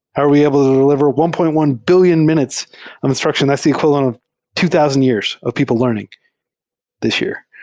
how are we able to deliver one point one billion minutes of instruction that's equal and to two thousand years of people learning this year?